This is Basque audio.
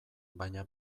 baina